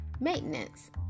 Maintenance